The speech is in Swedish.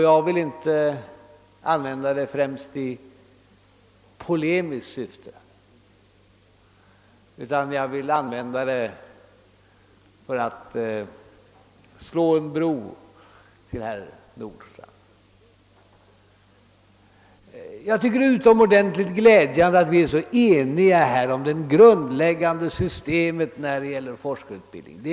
Jag vill inte använda detta oppositionens predikament i polemiskt syfte; jag vill i stället slå en bro över till herr Nordstrandh. Det är utomordentligt glädjande att vi är så eniga om det grundläggande systemet för forskarutbildningen.